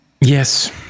Yes